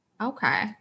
Okay